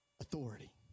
authority